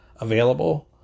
available